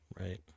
Right